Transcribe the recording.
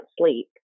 sleep